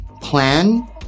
plan